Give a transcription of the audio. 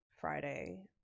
friday